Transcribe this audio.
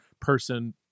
person